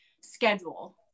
schedule